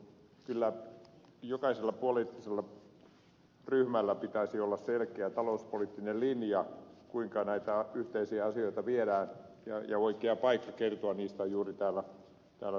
kyllä jokaisella poliittisella ryhmällä pitäisi olla selkeä talouspoliittinen linja kuinka näitä yhteisiä asioita viedään ja oikea paikka kertoa niistä on juuri täällä salissa